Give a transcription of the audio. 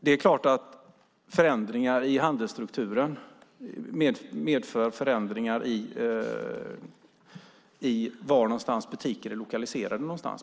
Det är klart att förändringar i handelsstrukturen medför förändringar i var butiker är lokaliserade någonstans.